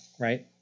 right